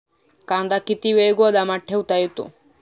कांदा किती वेळ गोदामात ठेवता येतो?